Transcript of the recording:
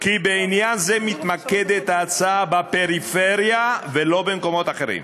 כי בעניין זה מתמקדת ההצעה בפריפריה ולא במקומות אחרים.